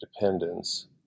dependence